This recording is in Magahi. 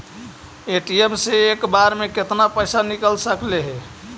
ए.टी.एम से एक बार मे केतना पैसा निकल सकले हे?